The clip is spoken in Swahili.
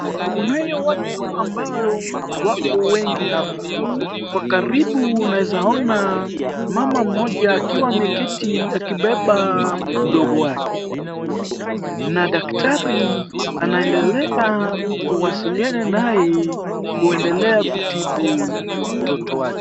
Kunaye watu ambao wako wengi hapa. Kwa karibu unaweza ona mama mmoja akiwa ameketi akibeba mdogo wake, na daktari anaendelea kuwasiliana naye, kuendelea kutibu mtoto wake.